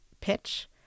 pitch